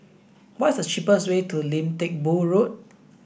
what is the cheapest way to Lim Teck Boo Road